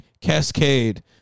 cascade